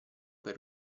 per